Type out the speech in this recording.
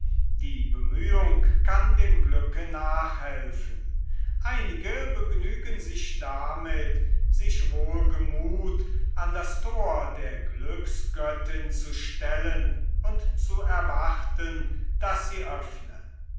die bemühung kann dem glücke nachhelfen einige begnügen sich damit sich wohlgemuth an das thor der glücksgöttin zu stellen und zu erwarten daß sie öffne